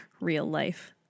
real-life